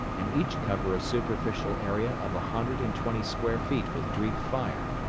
and each cover a superficial area of a hundred and twenty square feet with greek fire,